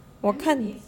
我看